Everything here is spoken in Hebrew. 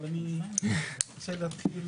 אבל אני רוצה להתחיל